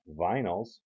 vinyls